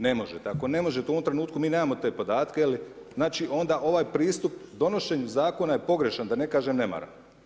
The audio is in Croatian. Ne može tako, ne može to u ovom trenutku, mi nemamo te podatke, znači onda ovaj pristup donošenju zakona je pogrešan, da ne kažem nemaran.